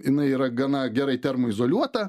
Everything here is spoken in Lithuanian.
jinai yra gana gerai termoizoliuota